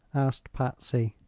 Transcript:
asked patsy.